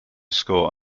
score